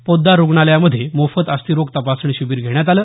पोद्दार रुग्णालयामध्ये मोफत अस्थिरोग तपासणी शिबिर घेण्यात आलं